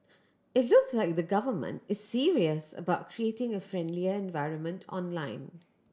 it looks like the Government is serious about creating a friendlier environment online